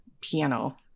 piano